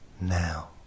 now